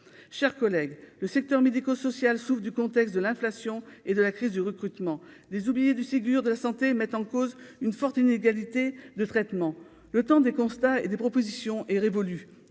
chers collègues, le secteur médico-social souffrent du contexte de l'inflation et de la crise du recrutement, les oubliées du Ségur de la santé mettent en cause une forte inégalité de traitement, le temps des constats et des propositions est révolu,